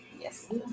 Yes